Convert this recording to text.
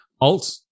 Alt